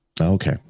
okay